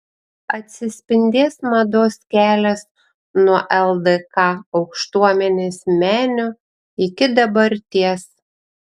atsispindės mados kelias nuo ldk aukštuomenės menių iki dabarties